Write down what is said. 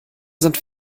sind